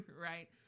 right